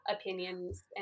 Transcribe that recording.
opinions